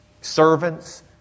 servants